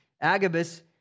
Agabus